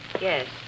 Yes